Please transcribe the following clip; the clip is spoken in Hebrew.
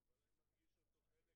עצמם,